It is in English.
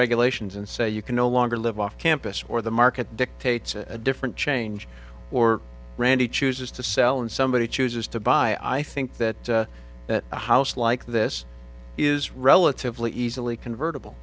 regulations and say you can no longer live off campus or the market dictates a different change or randy chooses to sell and somebody chooses to buy i think that a house like this is relatively easily convertible